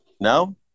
No